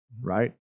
right